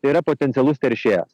tai yra potencialus teršėjas